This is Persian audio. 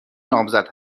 نامزد